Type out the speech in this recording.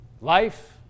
Life